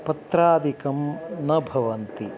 पत्रादिकं न भवन्ति